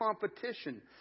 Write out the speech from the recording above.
competition